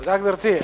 תודה, גברתי.